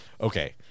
okay